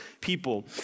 people